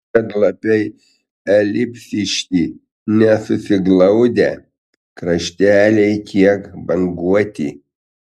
žiedlapiai elipsiški nesusiglaudę krašteliai kiek banguoti